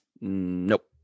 Nope